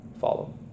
Follow